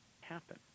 happen